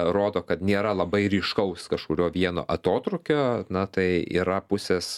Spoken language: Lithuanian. rodo kad nėra labai ryškaus kažkurio vieno atotrūkio na tai yra pusės